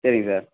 சரிங்க சார்